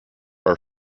are